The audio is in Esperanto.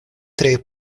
tre